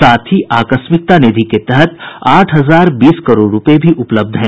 साथ ही आकस्मिकता निधि के तहत आठ हजार बीस करोड़ रूपये भी उपलब्ध हैं